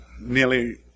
nearly